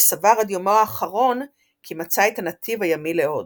וסבר עד יומו האחרון כי מצא את הנתיב הימי להודו.